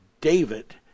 david